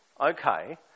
okay